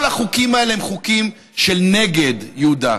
כל החוקים האלה הם חוקים של נגד, יהודה,